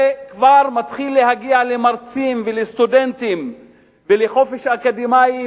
זה כבר מתחיל להגיע למרצים ולסטודנטים ולחופש אקדמי,